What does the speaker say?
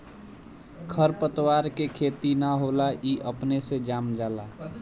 खर पतवार के खेती ना होला ई अपने से जाम जाला